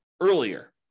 earlier